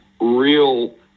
real